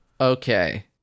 okay